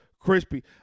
Crispy